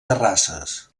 terrasses